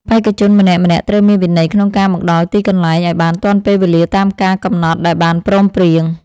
បេក្ខជនម្នាក់ៗត្រូវមានវិន័យក្នុងការមកដល់ទីកន្លែងឱ្យបានទាន់ពេលវេលាតាមការកំណត់ដែលបានព្រមព្រៀង។